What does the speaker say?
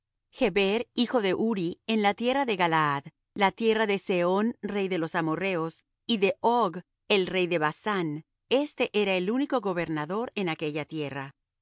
geber hijo de uri en la tierra de galaad la tierra de sehón rey de los amorrheos y de og rey de basán éste era el único gobernador en aquella tierra